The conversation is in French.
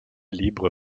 libre